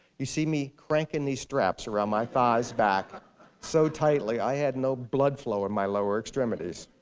you see me cranking these straps around my thighs back so tightly i had no blood flow in my lower extremities.